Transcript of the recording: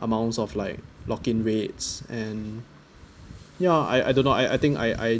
amounts of like lock in rates and ya I I don't know I I think I i